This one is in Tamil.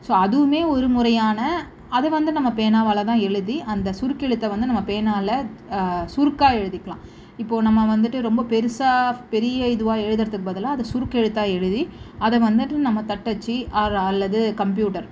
ஸோ அதுவுமே ஒரு முறையான அது வந்து நம்ம பேனாவால் தான் எழுதி அந்த சுருக்கெழுத்த வந்து நம்ம பேனாவில சுருக்காக எழுதிக்கலாம் இப்போது நம்ம வந்துட்டு ரொம்ப பெருசாக பெரிய இதுவாக எழுதுகிறதுக்கு பதிலாக அதை சுருக்கெழுத்தா எழுதி அதை வந்துட்டு நம்ம தட்டச்சு ஆர் அல்லது கம்ப்யூட்டர்